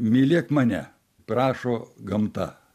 mylėk mane prašo gamta